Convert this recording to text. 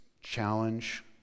challenge